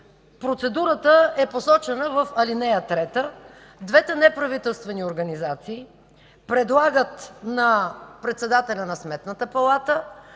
Процедурата е посочена в ал. 3 – двете неправителствени организации предлагат на председателя на Сметната палата,